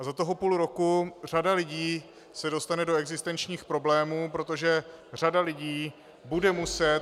A za půl roku se řada lidí dostane do existenčních problémů, protože řada lidí bude muset